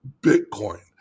Bitcoin